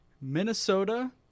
Minnesota